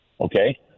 Okay